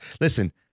listen